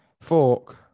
Fork